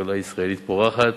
הכלכלה הישראלית פורחת.